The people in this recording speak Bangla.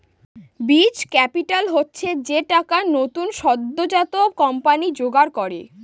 বীজ ক্যাপিটাল হচ্ছে যে টাকা নতুন সদ্যোজাত কোম্পানি জোগাড় করে